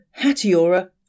Hatiora